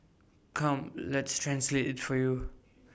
come let's translate IT for you